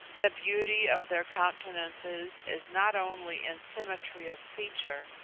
the beauty of their countenances is not only in symmetry of feature,